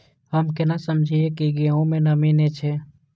हम केना समझये की गेहूं में नमी ने छे?